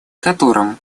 которым